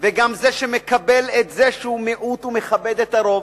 וגם זה שמקבל את זה שהוא מיעוט ומכבד את הרוב.